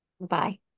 Bye